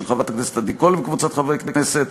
של חברת הכנסת עדי קול וקבוצת חברי הכנסת,